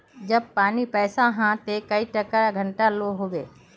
जब पानी पैसा हाँ ते कई टका घंटा लो होबे?